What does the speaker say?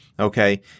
Okay